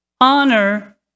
honor